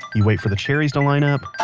you wait for the cherries to line up,